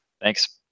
thanks